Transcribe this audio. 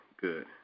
good